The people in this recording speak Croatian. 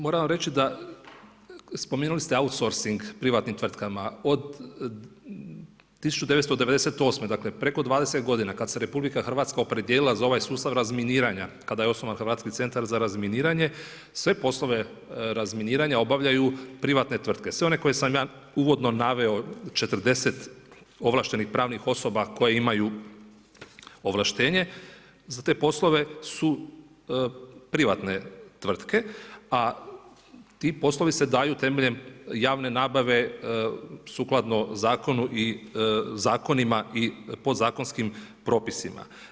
Moram vam reći da, spominjali ste outsourcing privatnim tvrtkama, od 1998., dakle preko 20 godina kad se RJ opredijelila za ovaj sustav razminiranja, kada je osnovan Hrvatski centar za razminiranje, sve poslove razminiranja obavljaju privatne tvrtke, sve one koje sam ja uvodno naveo, 40 ovlaštenih pravnih osoba koje imaju ovlaštenje za poslove su privatne a ti poslovi se daju temeljem javne nabave sukladno zakonu i zakonima i podzakonskim propisima.